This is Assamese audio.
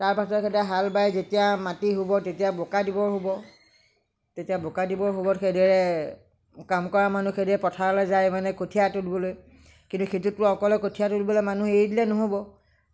তাৰ পাছত হাল বাই যেতিয়া মাটি হ'ব তেতিয়া বোকা দিবৰ হ'ব তেতিয়া বোকা দিবৰ হ'বত সেইদৰে কাম কৰা মানুহখিনি পথাৰলৈ যায় মানে কঠিয়া তুলিবলৈ কিন্তু খেতিতটো অকলে কঠিয়া তুলিবলৈ মানুহ এৰি দিলে নহ'ব